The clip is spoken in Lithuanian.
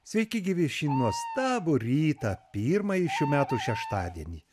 sveiki gyvi šį nuostabų rytą pirmąjį šių metų šeštadienį